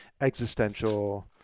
existential